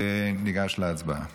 וניגש להצבעה.